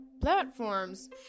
platforms